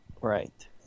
Right